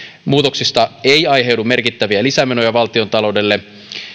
muutoksista ei aiheudu merkittäviä lisämenoja valtiontaloudelle